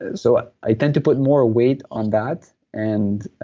ah so ah i tend to put more weight on that, and